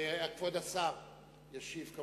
כבוד השר ישיב.